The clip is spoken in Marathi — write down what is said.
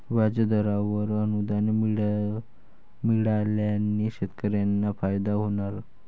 व्याजदरावर अनुदान मिळाल्याने शेतकऱ्यांना फायदा होणार